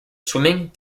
swimming